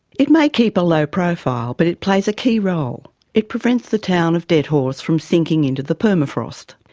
it may keep a low profile, but it plays a key role it prevents the town of deadhorse from sinking into the permafrost.